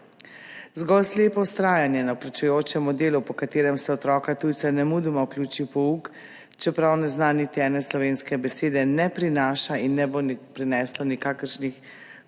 Zgolj slepo vztrajanje na vključujočem modelu, po katerem se otroka tujca nemudoma vključi v pouk, čeprav ne zna niti ene slovenske besede, ne prinaša in ne bo prineslo nikakršnih